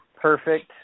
perfect